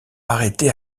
arrêté